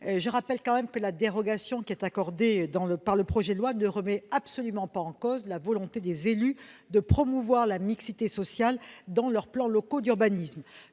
Je rappelle que la dérogation accordée dans le projet de loi ne remet absolument pas en cause la volonté des élus de promouvoir la mixité sociale dans leurs plans locaux d'urbanisme.